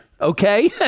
okay